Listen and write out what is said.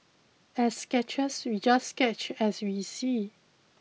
as sketchers we just sketch as we see